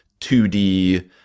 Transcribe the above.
2D